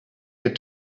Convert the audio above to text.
get